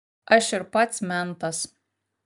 aš ir pats mentas